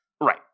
right